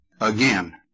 again